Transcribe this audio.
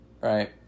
right